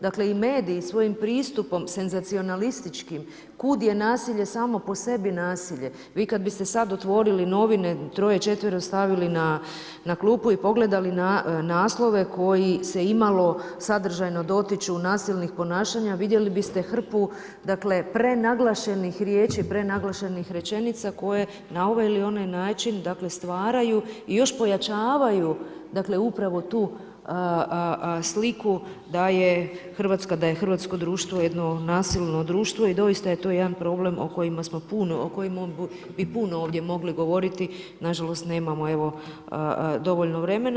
Dakle, i mediji svojim pristupom senzacionalističkim kud je nasilje samo po sebi nasilje, vi kad biste sad otvorili novine, troje, četvero stavili na klupu i pogledali naslove koji se imalo sadržajno dotiču nasilnih ponašanja, vidjeli biste hrpu prenaglašenih riječi, prenaglašenih rečenica koje na ovaj ili onaj način stvaraju i još pojačavaju upravo tu sliku da je hrvatsko društvo jedno nasilno društvo i doista je to jedan problem o kojima bi puno ovdje mogli govoriti, nažalost nemamo dovoljno vremena.